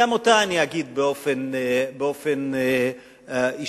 וגם אותה אגיד באופן אישי.